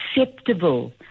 acceptable